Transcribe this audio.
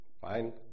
Fine